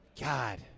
God